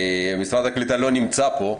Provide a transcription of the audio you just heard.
משרד הקליטה לא נמצא פה.